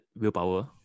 willpower